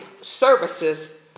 services